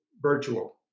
virtual